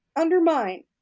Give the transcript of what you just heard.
undermine